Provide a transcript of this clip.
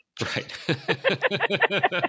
Right